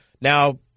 now